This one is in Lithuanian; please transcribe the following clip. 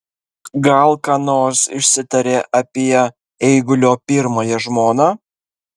gal ką nors išsitarė apie eigulio pirmąją žmoną